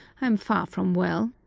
i'm far from well,